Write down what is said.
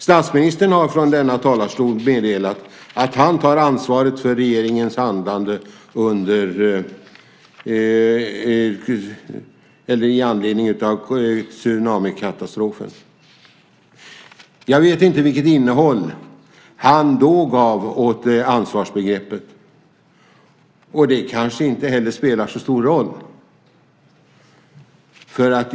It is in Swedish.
Statsministern har från denna talarstol meddelat att han tar ansvaret för regeringens handlande i anledning av tsunamikatastrofen. Jag vet inte vilket innehåll han då gav åt ansvarsbegreppet. Det kanske inte heller spelar så stor roll.